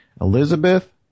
Elizabeth